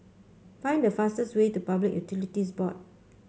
find the fastest way to Public Utilities Board